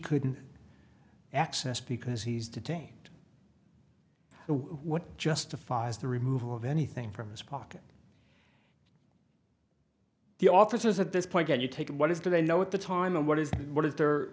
couldn't access because he's detained what justifies the removal of anything from his pocket the officers at this point that you take what is do they know at the time and what is what is the